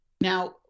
now